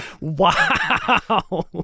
Wow